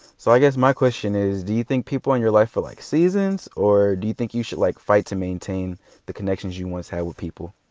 so, i guess my question is do you think people are in your life for like seasons or do you think you should like fight to maintain the connections you once had with people?